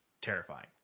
terrifying